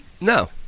No